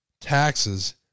taxes